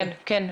כן,